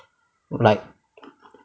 like